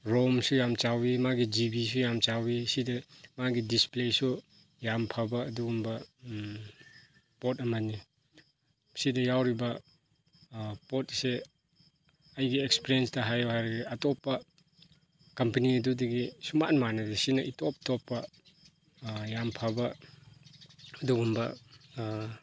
ꯔꯣꯝꯁꯨ ꯌꯥꯝ ꯆꯥꯎꯏ ꯃꯥꯒꯤ ꯖꯤ ꯕꯤꯁꯨ ꯌꯥꯝ ꯆꯥꯎꯏ ꯁꯤꯗ ꯃꯥꯒꯤ ꯗꯤꯁꯄ꯭ꯂꯦꯁꯨ ꯌꯥꯝ ꯐꯕ ꯑꯗꯨꯒꯨꯝꯕ ꯄꯣꯠ ꯑꯃꯅꯤ ꯁꯤꯗ ꯌꯥꯎꯔꯤꯕ ꯄꯣꯠꯁꯦ ꯑꯩꯒꯤ ꯑꯦꯛꯁꯄꯤꯔꯤꯌꯦꯟꯁꯇ ꯍꯥꯏꯌꯣ ꯍꯥꯏꯔꯒꯗꯤ ꯑꯇꯣꯞꯄ ꯀꯝꯄꯅꯤ ꯑꯗꯨꯗꯒꯤ ꯁꯨꯡꯃꯥꯟ ꯃꯥꯟꯅꯗꯦ ꯁꯤꯅ ꯏꯇꯣꯞ ꯇꯣꯞꯄ ꯌꯥꯝ ꯐꯕ ꯑꯗꯨꯒꯨꯝꯕ